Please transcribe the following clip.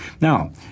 Now